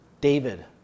David